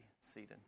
seated